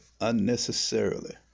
unnecessarily